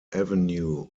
avenue